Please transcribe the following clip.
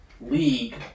league